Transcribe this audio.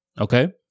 Okay